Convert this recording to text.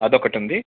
అది ఒకటి ఉంది